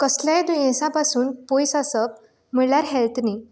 कसलेंय दुयेंसा पासून पयस आसप म्हळ्यार हेल्थ न्ही